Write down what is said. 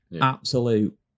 absolute